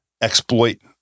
exploit